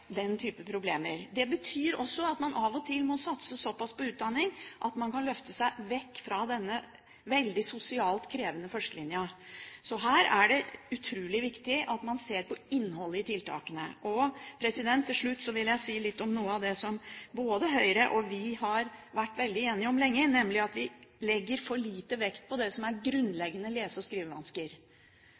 type problemer. Det betyr også at man av og til må satse så pass på utdanning at man kan løfte seg fra denne sosialt veldig krevende førstelinja. Så her er det utrolig viktig at man ser på innholdet i tiltakene. Til slutt vil jeg si litt om noe av det som både Høyre og vi har vært veldig enige om lenge, nemlig at vi legger for lite vekt på det som er grunnleggende lese- og skrivevansker.